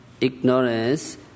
ignorance